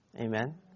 Amen